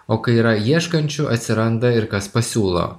o kai yra ieškančių atsiranda ir kas pasiūlo